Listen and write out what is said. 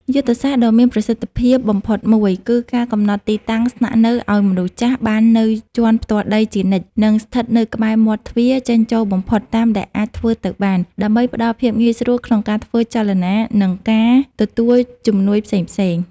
យុទ្ធសាស្ត្រដ៏មានប្រសិទ្ធភាពបំផុតមួយ គឺការកំណត់ទីតាំងស្នាក់នៅឱ្យមនុស្សចាស់បាននៅជាន់ផ្ទាល់ដីជានិច្ច និងស្ថិតនៅក្បែរមាត់ទ្វារចេញចូលបំផុតតាមដែលអាចធ្វើទៅបាន ដើម្បីផ្ដល់ភាពងាយស្រួលក្នុងការធ្វើចលនា និងការទទួលជំនួយផ្សេងៗ។